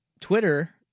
Twitter